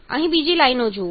અહીં બીજી લાઈનો જુઓ